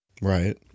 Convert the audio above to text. Right